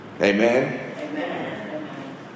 Amen